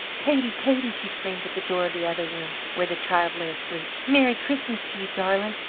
katey! katey! she screamed at the door of the other room, where the child lay asleep. merry christmas to you, darlin'!